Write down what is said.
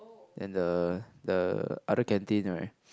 and the the other canteen right